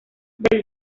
del